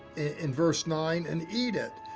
in verse nine, and eat it.